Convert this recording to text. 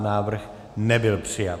Návrh nebyl přijat.